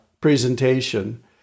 presentation